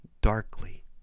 darkly